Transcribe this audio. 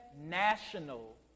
national